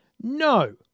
No